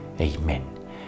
Amen